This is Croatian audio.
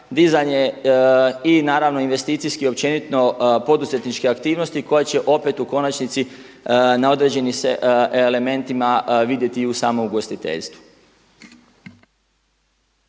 dizanje i naravno investicijski općenito poduzetničke aktivnosti koja će opet u konačnici na određeni se elementima vidjeti i u samom ugostiteljstvu.